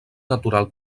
natural